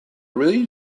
really